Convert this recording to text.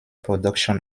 production